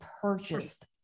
purchased